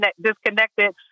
disconnected